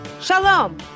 Shalom